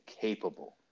capable